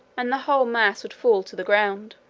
and the whole mass would fall to the ground.